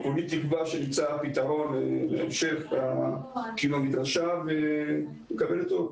אני כולי תקווה שנמצא פתרון להמשך קיום המדרשה ונקווה לטוב.